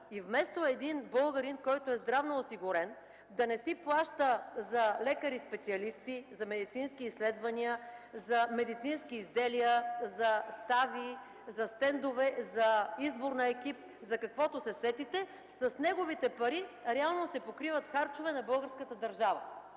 И вместо един българин, който е здравноосигурен, да не си плаща за лекари и специалисти, за медицински изследвания, за медицински изделия, за стави, за стендове, за избор на екип и за каквото се сетите, с неговите пари реално се покриват харчове на българската държава.